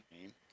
name